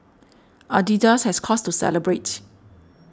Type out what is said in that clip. Adidas has cause to celebrate